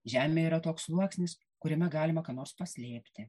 žemė yra toks sluoksnis kuriame galima ką nors paslėpti